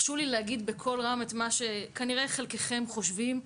הרשו לי להגיד בקול רם את מה שכנראה חלקכם חושבים: